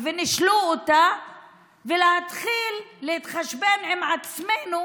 ונישלו אותה ולהתחיל להתחשבן עם עצמנו,